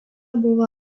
buvo